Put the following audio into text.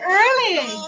early